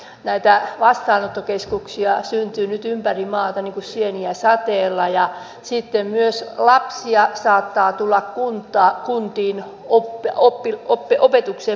näitä vastaanottokeskuksia syntyy nyt ympäri maata niin kuin sieniä sateella ja sitten myös lapsia saattaa tulla kun tää kundin oppia oppia kuntiin opetuksen piiriin